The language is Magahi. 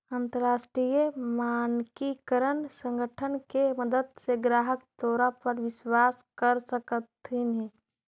अंतरराष्ट्रीय मानकीकरण संगठन के मदद से ग्राहक तोरा पर विश्वास कर सकतथीन